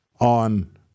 on